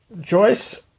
Joyce